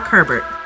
Herbert